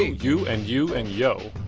you, and you and yo.